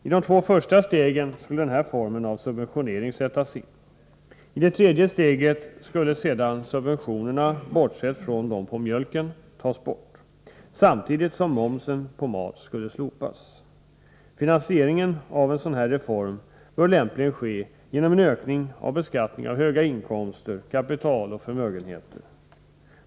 I de två första stegen skulle denna form av subventionering sättas in. I det tredje steget skulle sedan subventionerna, bortsett från dem på mjölken, tas bort samtidigt som momsen på mat skulle slopas. Finansieringen av en sådan här reform bör lämpligen ske genom en ökning av beskattningen av höga inkomster, kapital och förmögenheter.